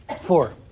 Four